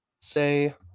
say